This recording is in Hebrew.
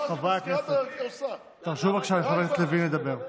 אני מבקש לרשום אותי לזכות דיבור.